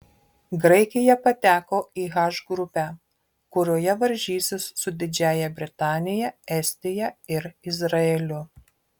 graikija pateko į h grupę kurioje varžysis su didžiąja britanija estija ir izraeliu